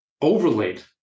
overlaid